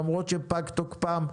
למרות שפג תוקפם,